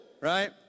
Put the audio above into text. right